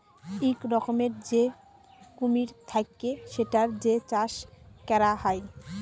ইক রকমের যে কুমির থাক্যে সেটার যে চাষ ক্যরা হ্যয়